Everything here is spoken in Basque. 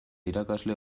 irakasle